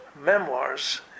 memoirs